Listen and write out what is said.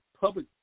public